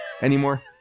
anymore